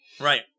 Right